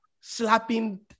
slapping